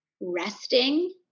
resting